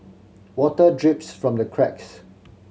water drips from the cracks